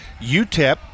UTEP